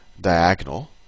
diagonal